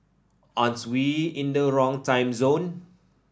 aren't we in the wrong time zone